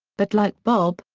but like bob,